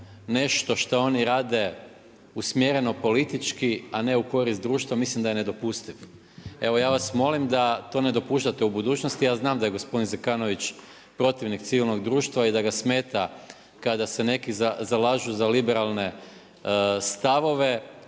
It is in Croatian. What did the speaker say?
nešto što oni radi, usmjereno, politički a ne u korist društva, mislim da je nedopustiv. Evo, ja vas molim da to ne dopuštate u budućnosti. Ja znam da je gospodin Zekanović protivnog civilnog društva i da ga smeta kada se neki zalažu za liberalne stavove,